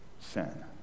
sin